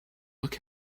look